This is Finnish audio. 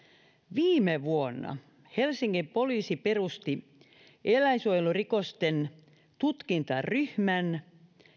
viime vuonna helsingin poliisi perusti eläinsuojelurikosten tutkintaryhmän